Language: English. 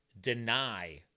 deny